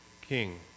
King